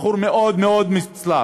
בחור מאוד מאוד מוצלח.